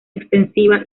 extensiva